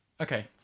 Okay